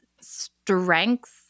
strengths